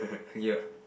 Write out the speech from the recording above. ya